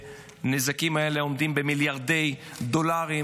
הנזקים האלה נאמדים במיליארדי דולרים,